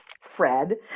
Fred